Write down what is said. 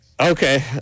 Okay